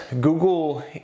Google